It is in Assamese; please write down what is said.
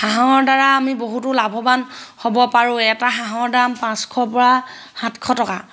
হাঁহৰ দ্বাৰা আমি বহুতো লাভৱান হ'ব পাৰোঁ এটা হাঁহৰ দাম পাঁচশৰ পৰা সাতশ টকা